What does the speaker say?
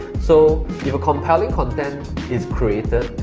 so if a compelling content is created,